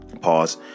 Pause